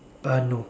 uh no